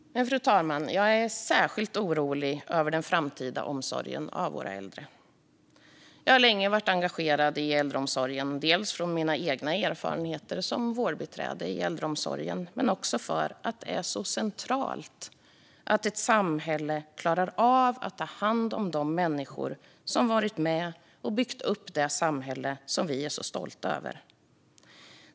Fru talman! Jag är särskilt orolig över den framtida omsorgen om våra äldre. Jag har länge varit engagerad i äldreomsorgen, dels genom mina egna erfarenheter som vårdbiträde i äldreomsorgen, dels för att det är så centralt att ett samhälle klarar av att ta hand om de människor som varit med och byggt upp det samhälle som vi är så stolta över.